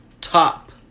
top